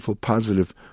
positive